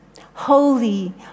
Holy